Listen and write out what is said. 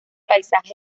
paisajes